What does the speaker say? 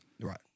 Right